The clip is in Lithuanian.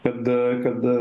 kad kad